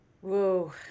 Whoa